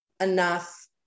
enough